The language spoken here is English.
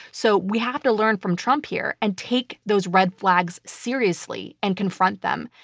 so we have to learn from trump here and take those red flags seriously and confront them,